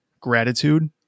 gratitude